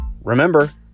Remember